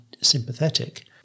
sympathetic